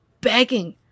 begging